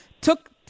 took